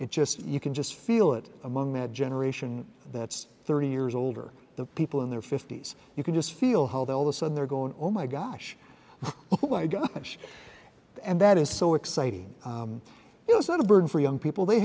it just you can just feel it among that generation that's thirty years older the people in their fifty's you can just feel how they all the sudden they're going oh my gosh oh my gosh and that is so exciting you know it's not a burden for young people they